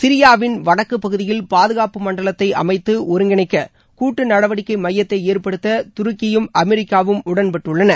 சிரியாவின் வடக்கு பகுதியில் பாதுகாப்பு மண்டலத்தை அமைத்து ஒருங்கிணைக்க கூட்டு நடவடிக்கை மையத்தை ஏற்படுத்த துருக்கியும் அமெரிக்காவும் உடன்பட்டுள்ளன